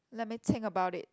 let me think about it